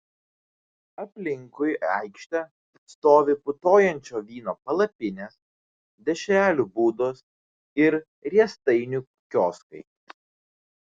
aplinkui aikštę stovi putojančio vyno palapinės dešrelių būdos ir riestainių kioskai